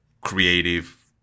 creative